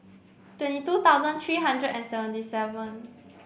twenty two thousand three hundred and seventy seven